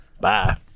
Bye